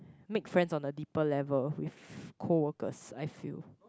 make friends on the deeper level with cold waters I feel